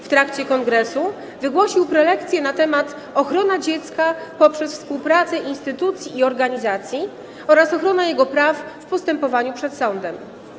W trakcie kongresu wygłosił prelekcję na temat: „Ochrona dziecka poprzez współpracę instytucji i organizacji oraz ochrona jego praw w postępowaniu przed sądem”